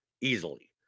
easily